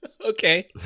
Okay